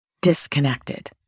Disconnected